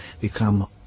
become